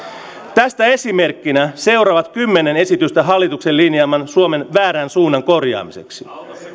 tästä esimerkkinä seuraavat kymmenen esitystä hallituksen linjaaman suomen väärän suunnan korjaamiseksi